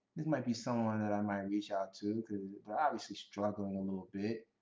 this might be someone that i might reach out to, cause they're obviously struggling a little bit.